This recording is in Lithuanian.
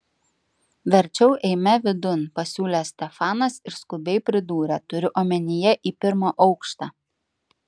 verčiau eime vidun pasiūlė stefanas ir skubiai pridūrė turiu omenyje į pirmą aukštą